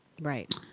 right